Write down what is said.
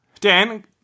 Dan